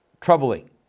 troubling